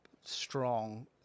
strong